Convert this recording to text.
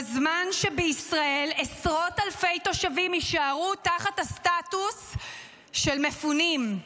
בזמן שבישראל עשרות אלפי תושבים יישארו תחת הסטטוס של מפונים.